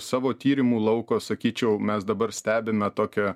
savo tyrimų lauko sakyčiau mes dabar stebime tokią